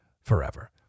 forever